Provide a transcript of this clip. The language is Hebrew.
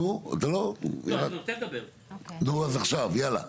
אז עכשיו, קצר.